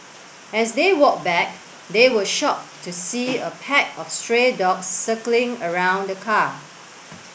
as they walked back they were shocked to see a pack of stray dogs circling around the car